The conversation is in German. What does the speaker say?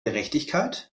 gerechtigkeit